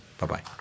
Bye-bye